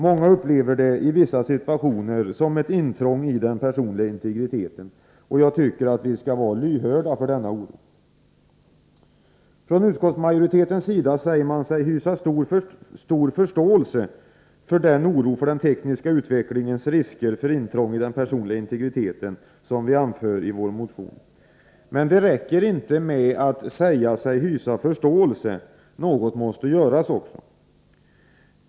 Många upplever det, i vissa situationer, som ett intrång i den personliga integriteten. Jag tycker att vi skall vara lyhörda för denna oro. Från utskottsmajoritetens sida säger man sig hysa stor förståelse för den oro för den tekniska utvecklingens risker när det gäller intrång i den personliga integriteten som vi anför i vår motion. Men det räcker inte med att säga sig hysa förståelse — något måste också göras.